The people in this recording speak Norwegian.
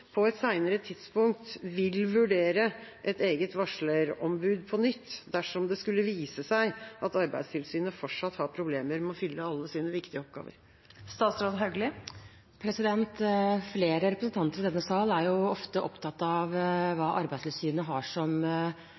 på et senere tidspunkt vil vurdere et eget varslerombud på nytt, dersom det skulle vise seg at Arbeidstilsynet fortsatt har problemer med å fylle alle sine viktige oppgaver? Flere representanter i denne sal er ofte opptatt av Arbeidstilsynets synspunkter på saker som